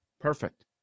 perfect